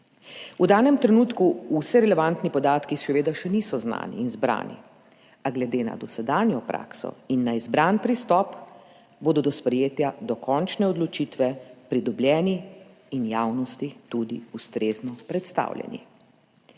V danem trenutku vsi relevantni podatki seveda še niso znani in zbrani, a glede na dosedanjo prakso in na izbran pristop bodo do sprejetja dokončne odločitve pridobljeni in javnosti tudi ustrezno predstavljeni.